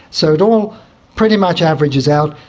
so it all pretty much averages out.